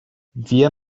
wir